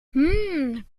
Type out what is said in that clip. hmm